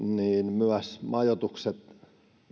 myös majoitukset